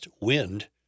wind